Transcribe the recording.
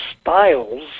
styles